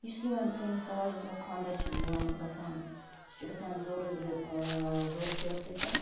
یُس یِمَن سٲنِس سماجَس منٛز خانٛدَر چھِ نِوان گژھان سُہ چھُ گژھان زورَو زورٕ شور سۭتۍ